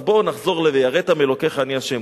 אז בואו נחזור ל "ויראת מאלוקיך, אני ה'".